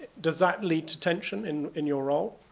does that lead to tension in in your role?